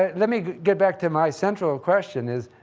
ah let me get back to, my central question is,